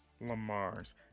Lamar's